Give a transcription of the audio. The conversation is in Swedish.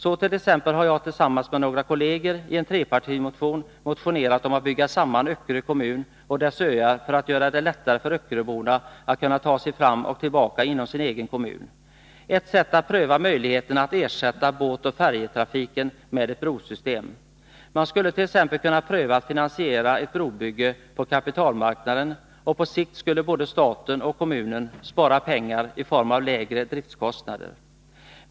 Så t.ex. har jag tillsammans med några kolleger i en trepartimotion motionerat om att ”bygga samman” Öckerö kommun och dess öar för att göra det lättare för öckeröborna att ta sig fram och tillbaka inom sin egen kommun -— ett sätt att pröva möjligheterna att ersätta båtoch färjetrafiken med ett brosystem. Man skulle t.ex. kunna pröva att finansiera ett brobygge på kapitalmarknaden. På sikt skulle både staten och kommunen spara pengar i form av lägre driftkostnader.